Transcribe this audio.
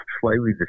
slightly